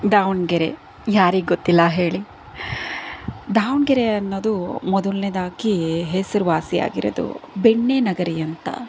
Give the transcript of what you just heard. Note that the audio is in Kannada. ದಾವಣಗೆರೆ ಯಾರಿಗೆ ಗೊತ್ತಿಲ್ಲ ಹೇಳಿ ದಾವಣಗೆರೆ ಅನ್ನೋದು ಮೊದಲನೆಯದಾಗಿ ಹೆಸರುವಾಸಿ ಆಗಿರೋದು ಬೆಣ್ಣೆ ನಗರಿ ಅಂತ